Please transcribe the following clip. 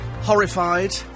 horrified